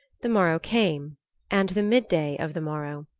the morrow came and the midday of the morrow,